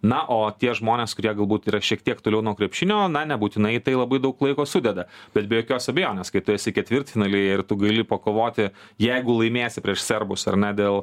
na o tie žmonės kurie galbūt yra šiek tiek toliau nuo krepšinio na nebūtinai į tai labai daug laiko sudeda bet be jokios abejonės kai tu esi ketvirtfinaly ir tu gali pakovoti jeigu laimėsi prieš serbus ar ne dėl